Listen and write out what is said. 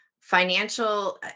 Financial